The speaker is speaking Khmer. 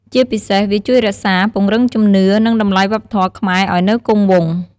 ជាពិសេស វាជួយរក្សា ពង្រឹងជំនឿ និងតម្លៃវប្បធម៌ខ្មែរឲ្យនៅគង់វង្ស។